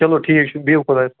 چلو ٹھیٖک چھُ بِہِو خۄدایس حوال